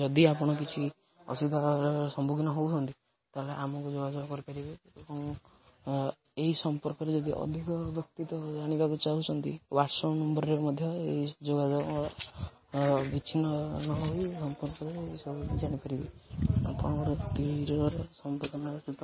ଯଦି ଆପଣ କିଛି ଅସୁବିଧା ସମ୍ମୁଖୀନ ହଉଛନ୍ତି ତାହେଲେ ଆମକୁ ଯୋଗାଯୋଗ କରିପାରିବେ ଏବଂ ଏହି ସମ୍ପର୍କରେ ଯଦି ଅଧିକ ବ୍ୟକ୍ତିତ୍ୱ ଜାଣିବାକୁ ଚାହୁଁଛନ୍ତି ହୱାଟସ୍ଆପ୍ ନମ୍ବରରେ ମଧ୍ୟ ଏହି ଯୋଗାଯୋଗ ବିଚ୍ଛିନ୍ନ ନହୋଇ ସମ୍ପର୍କରେ ଏ ସବୁ ଜାଣିପାରିବେ ଆପଣଙ୍କ ବ୍ୟକ୍ତିର ସମ୍ପଦନ ସତ